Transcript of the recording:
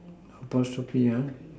apostrophe